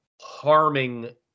harming